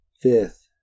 fifth